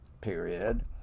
period